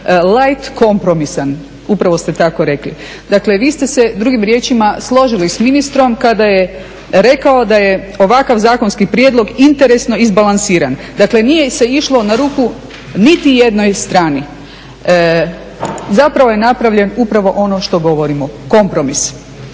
light kompromisan, upravo ste tako rekli. Dakle vi ste se drugim riječima složili s ministrom kada je rekao da je ovakav zakonski prijedlog interesno izbalansiran, dakle nije se išlo na ruku niti jednoj strani. Zapravo je napravljen upravo ono što govorimo kompromis